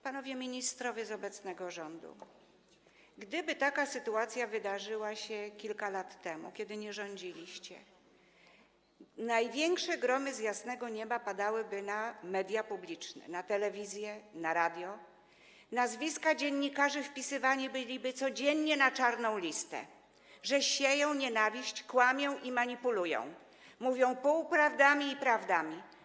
Panowie ministrowie z obecnego rządu, gdyby taka sytuacja wydarzyła się kilka lat temu, kiedy nie rządziliście, największe gromy z jasnego nieba padałyby na media publiczne, na telewizję, na radio, nazwiska dziennikarzy wpisywane byłyby codziennie na czarną listę: sieją oni nienawiść, kłamią i manipulują, mówią półprawdy i prawdy.